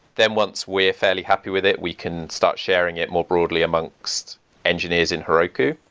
then once we're fairly happy with it, we can start sharing it more broadly amongst engineers in heroku.